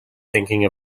thinking